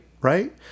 right